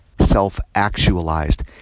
self-actualized